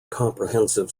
comprehensive